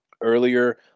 earlier